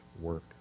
work